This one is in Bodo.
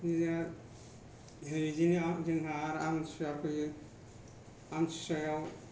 बिदिनो जोंहा आमथिसुवा फैयो आमथिसुवायाव